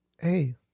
Hey